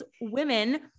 women